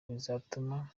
bizatuma